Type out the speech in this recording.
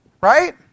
right